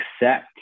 accept